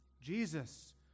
Jesus